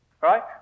Right